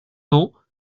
temps